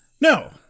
no